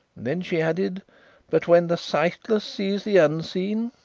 then she added but when the sightless sees the unseen,